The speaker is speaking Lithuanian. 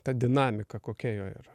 ta dinamika kokia jo yra